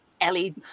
ellie